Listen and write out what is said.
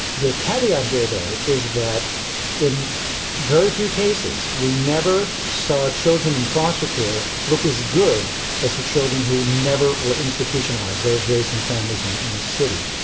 the caveat here though is that in very few cases, we never saw children in foster care look as good as the children who never were institutionalised, those raised in families in in the city.